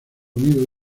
unidos